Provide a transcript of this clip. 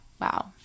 wow